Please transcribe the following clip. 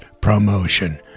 ProMotion